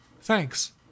Thanks